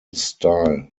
style